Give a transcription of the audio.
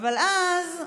אבל אז,